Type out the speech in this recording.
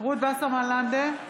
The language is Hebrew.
רות וסרמן לנדה,